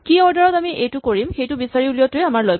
কি অৰ্ডাৰ ত আমি এইটো কৰিম সেইটো বিচাৰি উলিওৱাটোৱেই আমাৰ লক্ষ